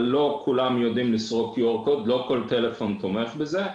אבל לא כולם יודעים לעשות את זה ולא כל טלפון תומך בזה.